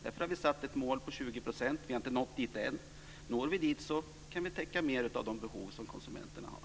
Därför har vi satt ett mål på 20 %. Vi har inte nått dit än, men når vi dit kan vi täcka mer av de behov som konsumenterna har.